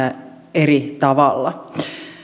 eri tavalla